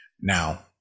Now